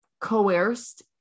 coerced